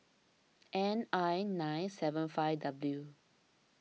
N I nine seven five W